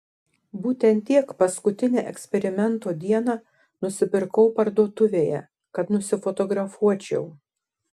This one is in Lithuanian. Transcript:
būtent tiek paskutinę eksperimento dieną nusipirkau parduotuvėje kad nusifotografuočiau